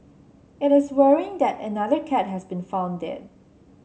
it is worrying that another cat has been found dead